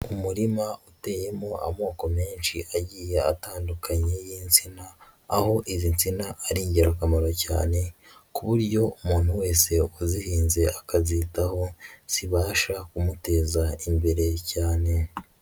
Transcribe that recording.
Umurima uteyemo amoko menshi agiye atandukanye y'insina, aho iz'insina ari ingirakamaro cyane ku buryo umuntu wese uzihinze akazitaho zibasha kumuteza imbere cyane.